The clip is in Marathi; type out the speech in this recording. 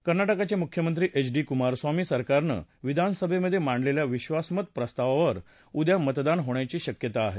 कर्नाटकचे मुख्यमंत्री एच डी कुमारस्वामी सरकारनं विधानसभेमध्ये मांडलेल्या विधासमत प्रस्तावावर उद्या मतदान होण्याची शक्यता आहे